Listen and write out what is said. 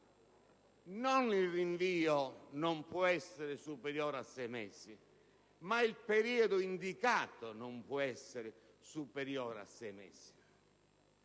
che il rinvio non può essere superiore a sei mesi, ma che il periodo indicato non può essere superiore a sei mesi.